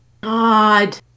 God